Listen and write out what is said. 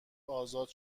ازاد